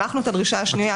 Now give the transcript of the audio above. שלחנו את הדרישה השנייה,